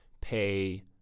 pay